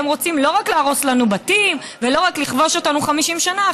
הם רוצים לא רק להרוס לנו בתים ולכבוש אותנו 50 שנה,